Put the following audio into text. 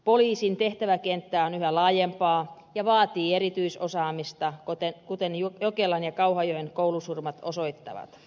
poliisin tehtäväkenttä on yhä laajempaa ja vaatii erityisosaamista kuten jokelan ja kauhajoen koulusurmat osoittavat